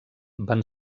van